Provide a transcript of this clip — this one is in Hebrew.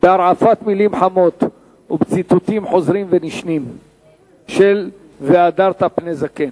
בהרעפת מלים חמות ובציטוטים חוזרים ונשנים של "והדרת פני זקן".